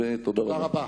תודה רבה.